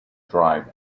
drive